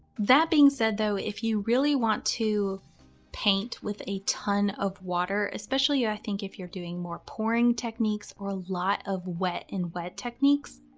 that being said, though, if you really want to paint with a ton of water, especially i think if you're doing more pouring techniques or a lot of wet and wet techniques,